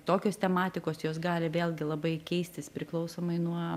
tokios tematikos jos gali vėlgi labai keistis priklausomai nuo